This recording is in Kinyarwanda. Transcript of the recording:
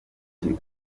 ati